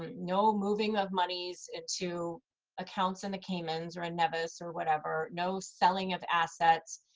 no moving of monies into accounts in the caymans or in nevis or whatever, no selling of assets,